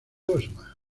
osma